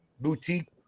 boutique